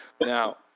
now